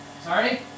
Sorry